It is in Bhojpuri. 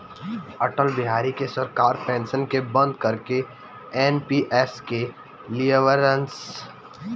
अटल बिहारी के सरकार पेंशन के बंद करके एन.पी.एस के लिअवलस